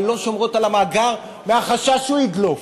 אבל לא שומרות על המאגר מהחשש שהוא ידלוף.